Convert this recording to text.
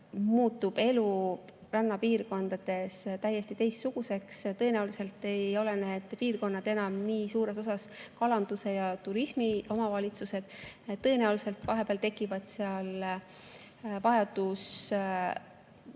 muutub elu rannapiirkondades täiesti teistsuguseks. Tõenäoliselt ei ole need piirkonnad enam nii suures osas kalanduse ja turismi omavalitsused, vahepeal tekib vajadus